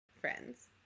friends